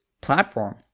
platform